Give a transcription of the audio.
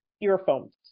earphones